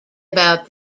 about